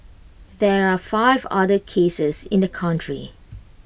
there are five other cases in the country